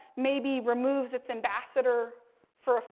maybe removes its ambassador for